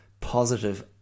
positive